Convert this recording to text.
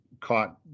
caught